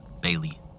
Bailey